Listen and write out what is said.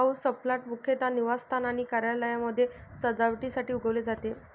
houseplant मुख्यतः निवासस्थान आणि कार्यालयांमध्ये सजावटीसाठी उगवले जाते